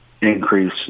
Increase